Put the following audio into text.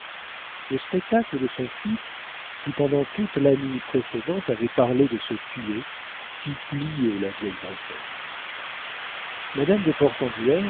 le spectacle de son fils qui pendant toute la nuit précédente avait parlé de se tuer fit plier la vieille bretonne madame de